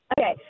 Okay